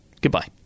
Goodbye